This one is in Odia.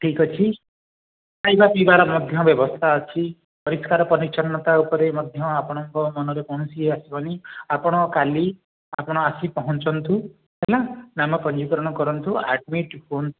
ଠିକ୍ ଅଛି ଖାଇବା ପିଇବାର ମଧ୍ୟ ବ୍ୟବସ୍ଥା ଅଛି ପରିଷ୍କାର ପରିଚ୍ଛନ୍ନତା ଉପରେ ମଧ୍ୟ ଆପଣଙ୍କ ମନରେ କୌଣସି ଆସିବନି ଆପଣ କାଲି ଆପଣ ଆସି ପହଞ୍ଚନ୍ତୁ ହେଲା ନାମ ପଞ୍ଜୀକରଣ କରନ୍ତୁ ଆଡ଼ମିଟ୍ ହୁଅନ୍ତୁ